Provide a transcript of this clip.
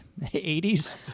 80s